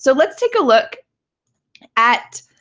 so let's take a look at